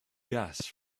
gas